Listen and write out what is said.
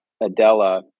Adela